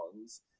songs